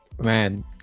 Man